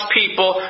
people